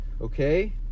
Okay